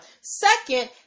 Second